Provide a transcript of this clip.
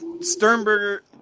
Sternberger